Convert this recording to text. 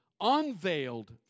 unveiled